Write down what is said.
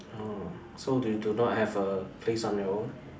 so they do not have a place on their own